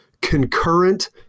concurrent